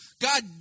God